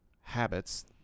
habits